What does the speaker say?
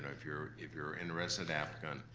if you're if you're in-resident,